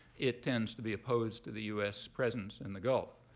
it tends to be opposed to the us presence in the gulf.